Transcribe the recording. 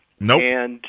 Nope